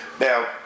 Now